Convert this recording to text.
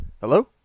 Hello